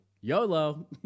YOLO